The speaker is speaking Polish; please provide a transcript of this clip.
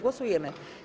Głosujemy.